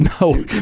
No